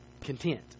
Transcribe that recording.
content